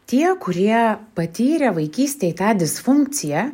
tie kurie patyrė vaikystėj tą disfunkciją